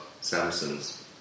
Samson's